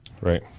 Right